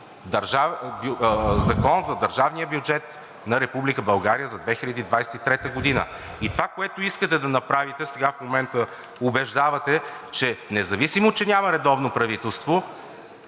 Закон за държавния бюджет на Република България за 2023 г. Това, което искате да направите – сега в момента убеждавате, че независимо че няма редовно правителство,